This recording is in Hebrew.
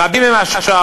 רבים הם השואלים: